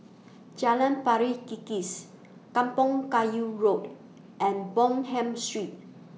Jalan Pari Kikis Kampong Kayu Road and Bonham Street